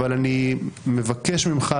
אבל אני מבקש ממך,